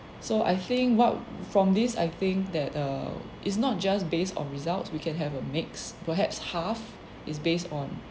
so I think what from this I think that err it's not just based on results we can have a mix perhaps half is based on